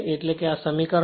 એટલે કે આ સમીકરણ